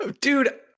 Dude